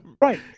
right